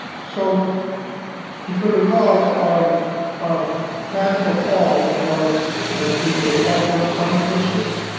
so if you'll recall, our our plan for fall was that we will offer some courses,